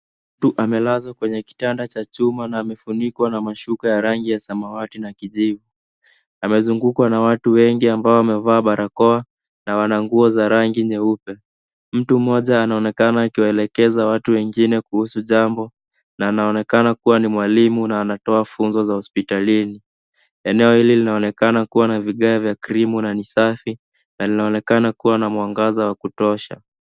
Mtu amelazwa kwenye kitanda cha chuma na amefunikwa na mashuka ya rangi ya samawati na kijivu. Amezungukwa na watu wengi ambao wamevaa barakoa na wana nguo za rangi nyeupe. Mtu mmoja anaonekana akiwaelekeza watu wengine kuhusu jambo, na anaonekana kuwa ni mwalimu na anatoa funzo la hospitalini. Eneo hili linaonekana kuwa na vigae vya krimu na ni safi, na linaonekana kuwa na mwangaza wa kutosha.